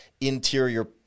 interior